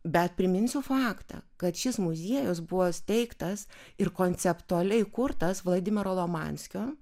bet priminsiu faktą kad šis muziejus buvo steigtas ir konceptualiai kurtas vladimiro lomanskio